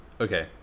Okay